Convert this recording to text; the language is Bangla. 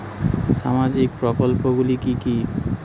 সামাজিক প্রকল্পগুলি কি কি?